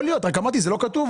יכול להיות רק אמרתי שזה לא כתוב.